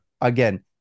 again